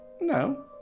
No